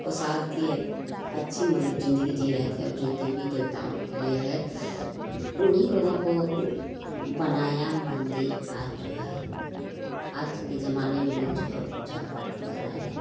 खुशहाल थी अच्छी मतलब ज़िन्दगी जी रहे थे और जो देवी देवताओं के लिए है उन्ही लोगों को बनाया मंदिर आज जो है आज के जमाने में लोग जो है पूजा पाठ कर रहे हैं